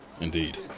Indeed